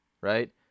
right